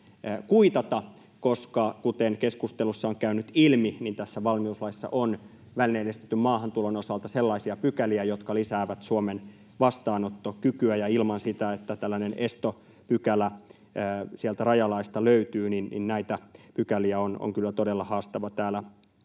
kuitata, koska kuten keskustelussa on käynyt ilmi, tässä valmiuslaissa on välineellistetyn maahantulon osalta sellaisia pykäliä, jotka lisäävät Suomen vastaanottokykyä, ja ilman sitä, että tällainen estopykälä sieltä rajalaista löytyy, näitä pykäliä on kyllä todella haastava täällä